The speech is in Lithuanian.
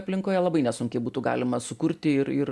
aplinkoje labai nesunkiai būtų galima sukurti ir ir